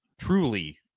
truly